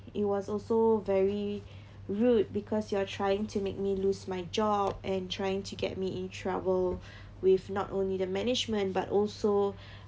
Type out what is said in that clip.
it was also very rude because you are trying to make me lose my job and trying to get me in trouble with not only the management but also